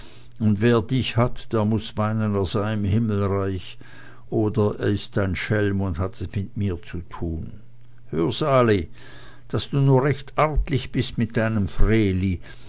und wer dich hat der muß meinen er sei im himmelreich oder er ist ein schelm und hat es mit mir zu tun hör sali daß du nur recht artlich bist mit meinem vreeli